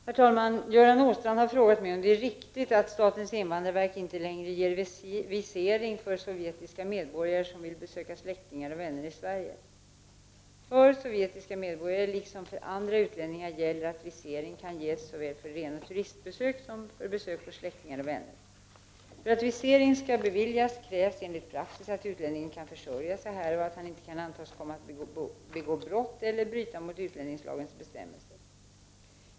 Herr talman! Göran Åstrand har frågat mig om det är riktigt att statens invandrarverk inte längre ger visering för sovjetiska medborgare som vill besöka släktingar och vänner i Sverige. För sovjetiska medborgare liksom för andra utlänningar gäller att visering kan ges såväl för rena turistbesök som för besök hos släktingar och vänner. För att visering skall beviljas krävs enligt praxis att utlänningen kan försörja sig här och att han inte kan antas komma att begå brott eller bryta mot utlänningslagens bestämmelser.